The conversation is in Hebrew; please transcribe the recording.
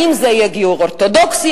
אם זה יהיה גיור אורתודוקסי,